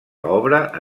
obra